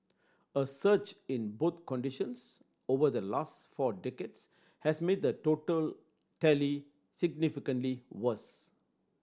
a surge in both conditions over the last four decades has made the total tally significantly worse